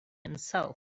himself